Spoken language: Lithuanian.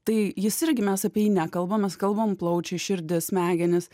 tai jis irgi mes apie jį nekalbam mes kalbam plaučiai širdis smegenys